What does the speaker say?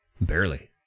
Barely